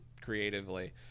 creatively